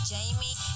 Jamie